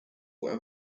were